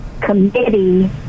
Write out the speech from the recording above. Committee